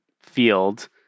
field